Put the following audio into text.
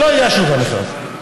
ולא הגשנו את המכרז.